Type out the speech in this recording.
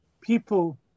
people